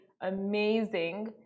amazing